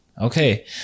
Okay